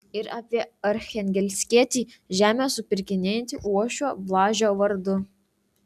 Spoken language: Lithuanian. ir apie archangelskietį žemę supirkinėjantį uošvio blažio vardu